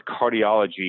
cardiology